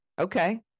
Okay